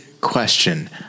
question